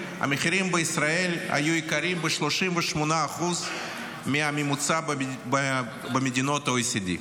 המחירים בישראל היו גבוהים ב-38% מהממוצע במדינות ה-OECD.